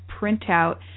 printout